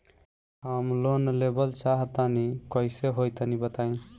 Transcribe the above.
हम लोन लेवल चाह तनि कइसे होई तानि बताईं?